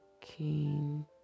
king